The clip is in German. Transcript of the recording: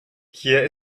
hier